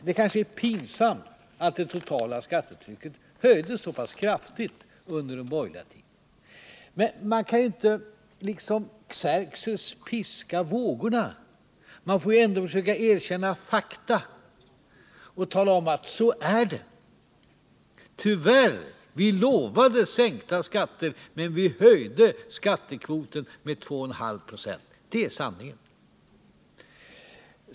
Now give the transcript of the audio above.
Det kanske är pinsamt att det totala skattetrycket har ökat så pass kraftigt under den borgerliga tiden. Men man kan inte liksom Xerxes piska vågorna. Man måste ändå försöka erkänna fakta och tala om hur det är: vi lovade sänkta skatter, men vi höjde tyvärr skattekvoten med 2,4 procentenheter. Det är sanningen.